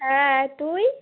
হ্যাঁ তুই